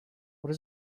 what